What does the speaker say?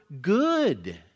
good